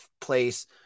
place